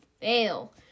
fail